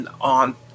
on